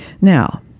Now